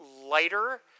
lighter